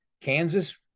Kansas –